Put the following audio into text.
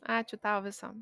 ačiū tau viso